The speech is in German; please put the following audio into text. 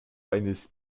eines